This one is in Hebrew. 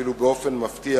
אפילו באופן מפתיע